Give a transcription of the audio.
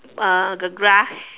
uh the grass